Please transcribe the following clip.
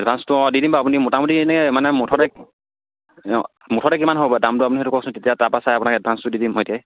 এডভান্সটো অঁ দিম বাৰু আপুনি মোটামুটি এনেই মানে মুঠতে অঁ মুঠতে কিমান হ'ব বাৰু দামটো আপুনি সেইটো কওকচোন তেতিয়া তাৰপৰা চাই আপোনাক এডভান্সটো দিম মই এতিয়াই